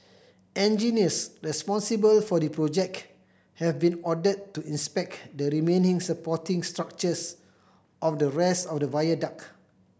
engineers responsible for the project have been ordered to inspect the remaining supporting structures of the rest of the viaduct